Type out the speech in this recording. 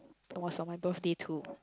it was on my birthday too